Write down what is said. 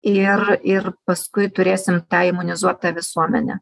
ir ir paskui turėsim tą imunizuotą visuomenę